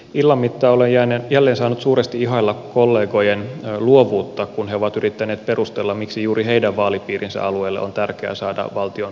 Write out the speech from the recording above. illan mittaan olen jälleen saanut suuresti ihailla kollegojen luovuutta kun he ovat yrittäneet perustella miksi juuri heidän vaalipiirinsä alueelle on tärkeää saada valtion liikennemäärärahoja